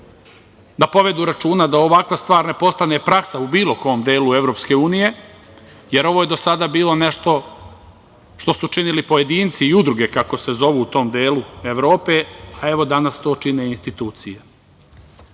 da povedu računa, da ovakva stvar postane praksa u bilo kom delu EU, jer ovo je do sada bilo nešto što su činili pojedinci i udruge kako se zovu u tom delu Evrope, a evo danas to čine institucije.